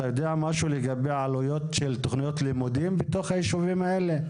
אתה יודע משהו לגבי עלויות של תוכניות לימודים בתוך הישובים האלה?